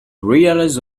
realize